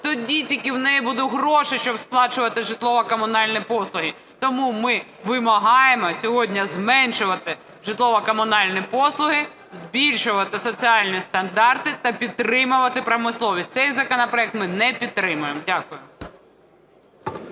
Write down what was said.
тоді тільки в неї будуть гроші, щоб сплачувати житлово-комунальні послуги. Тому ми вимагаємо сьогодні зменшувати житлово-комунальні послуги, збільшувати соціальні стандарти та підтримувати промисловість. Цей законопроект ми не підтримуємо. Дякую.